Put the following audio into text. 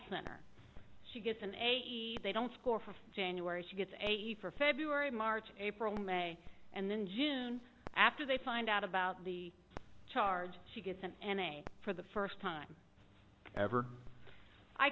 center she gets an a they don't score for january she gets a for february march april may and then june after they find out about the charge she gets an an a for the first time ever i